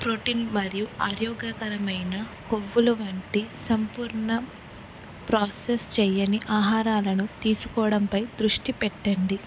protein మరియు ఆరోగ్యకరమైన కొవ్వులు వంటి సంపూర్ణ ప్రాసెస్ చేయని ఆహారాలను తీసుకోవడంపై దృష్టి పెట్టండి